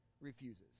refuses